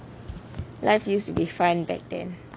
life used to be fun back then